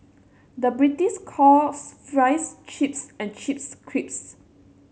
the British calls fries chips and chips crisps